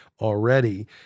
already